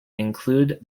include